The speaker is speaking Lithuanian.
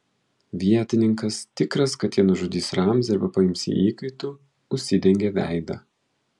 vietininkas tikras kad jie nužudys ramzį arba paims jį įkaitu užsidengė veidą